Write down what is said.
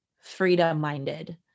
freedom-minded